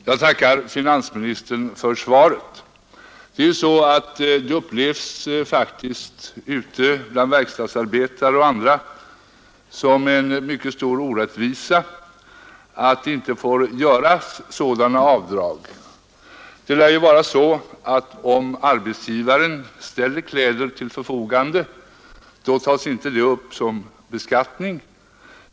Herr talman! Jag tackar finansministern för svaret. Det är ju så att det upplevs faktiskt bland verkstadsarbetare och andra som en mycket stor orättvisa att det inte fär göras sådana avd1ag som min fråga avser. Det lär ju vara så att om arbetsgivaren ställer kläder till förfogande tas det inte upp till beskattning.